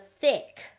thick